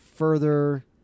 further